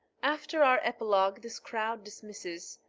after our epilogue this crowd dismisses,